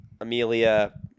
Amelia